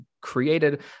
created